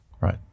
Right